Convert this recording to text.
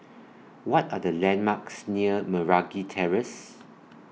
What Are The landmarks near Meragi Terrace